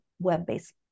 web-based